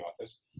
office